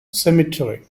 cemetery